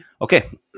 Okay